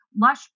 lush